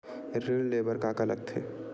ऋण ले बर का का लगथे?